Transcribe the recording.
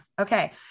okay